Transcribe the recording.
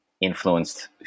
influenced